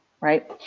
right